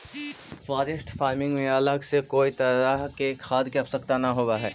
forest farming में अलग से कोई तरह के खाद के आवश्यकता न होवऽ हइ